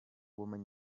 woman